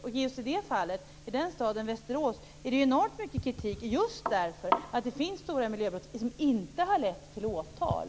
I den just i det fallet aktuella staden, Västerås, framförs enormt mycket kritik just mot att stora miljöbrott inte har lett till åtal.